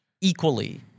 equally